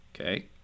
Okay